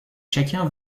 chacun